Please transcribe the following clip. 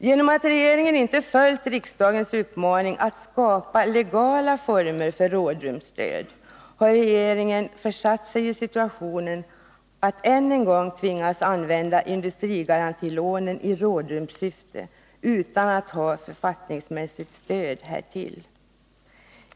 Då regeringen inte följt riksdagens uppmaning att skapa legala former för rådrumsstöd, har den försatt sig i situationen att än en gång tvingas använda industrigarantilånen i rådrumssyfte, utan att ha författningsmässigt stöd härtill.